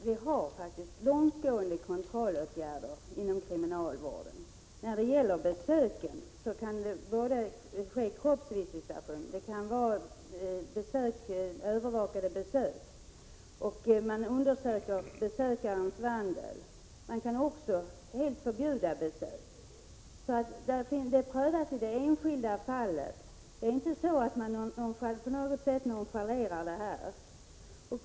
Herr talman! Vi har faktiskt långtgående kontrollåtgärder inom kriminalvården. Kroppsvisitation av besökare kan ske, besöken kan vara övervakade, och man undersöker besökarens vandel. Man kan också helt förbjuda besök. Detta prövas i det enskilda fallet. Dessa saker nonchaleras inte på något sätt.